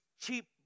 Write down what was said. cheap